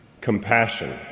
compassion